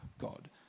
God